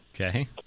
Okay